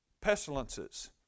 Pestilences